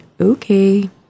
okay